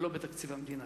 וגם בתקציב המדינה.